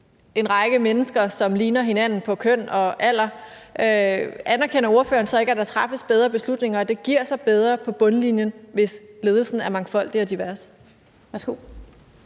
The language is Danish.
en række mennesker, som ligner hinanden på køn og alder? Anerkender ordføreren ikke, at der så træffes bedre beslutninger, og at det giver bedre på bundlinjen, hvis ledelsen er mangfoldig og har